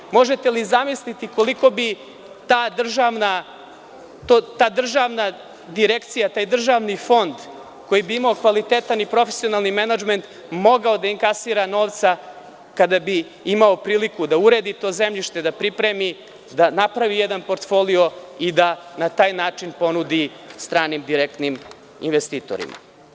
Da li možete da zamislite koliko bi ta državna direkcija, taj državni fond koji bi imao kvalitetan i profesionalni menadžment, mogao da inkasira novca, kada bi imao priliku da uredi to zemljište, da pripremi i da napravi jedan portfolio i da na taj način ponudi stranim direktnim investitorima.